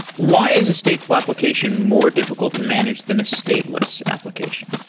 why is a stateful application more difficult to manage than a stateless application?